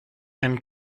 and